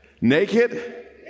naked